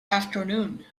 afternoon